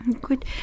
good